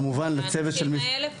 כמובן, לצוות פה.